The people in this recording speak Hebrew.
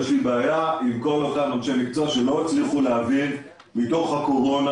יש לי בעיה עם כל אותם אנשי מקצוע שלא הצליחו להבין מתוך הקורונה